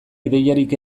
ideiarik